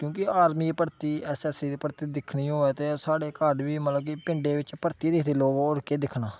क्योंकि आर्मी दी भर्थी ऐस ऐस बी दी भर्थी दिक्खनी होऐ ते साढ़े घर बी मतलब कि पिंडें बिच्च भर्थी गै दिखदे लोक होर केह् दिक्खना